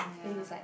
safe is like